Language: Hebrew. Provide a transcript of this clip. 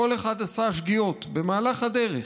כל אחד עשה שגיאות במהלך הדרך.